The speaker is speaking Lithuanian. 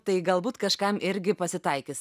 tai galbūt kažkam irgi pasitaikys